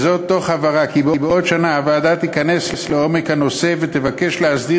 תוך הבהרה כי בעוד שנה הוועדה תיכנס לעומק הנושא ותבקש להסדיר